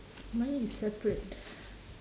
mine is separate